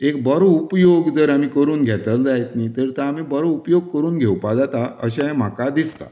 एक बरो उपयोग जर आमी करून घेतले जायत न्ही तर आमी बरो उपयोग करून घेवपाक जाता अशें म्हाका दिसता